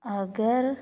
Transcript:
ਅਗਰ